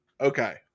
Okay